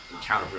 counterproductive